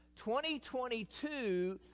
2022